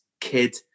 kid